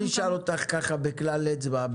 נשאל אותך בכלל אצבע,